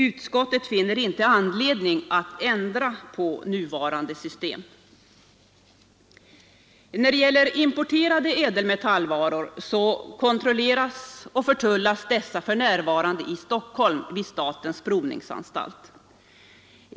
Utskottet finner inte anledning att ändra på nuvarande system. Importerade ädelmetallvaror kontrolleras och förtullas för närvarande i Stockholm vid statens provningsanstalt.